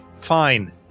Fine